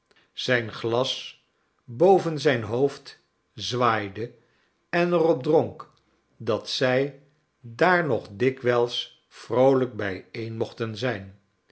zijn glas boven zijn hoofd zwaaide en er op dronk dat zij daar nog dikw'yls vroolijk bijeen mochten zijn